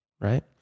right